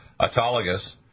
autologous